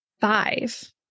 five